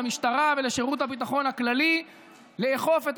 כלים למשטרה ולשירות הביטחון הכללי לאכוף את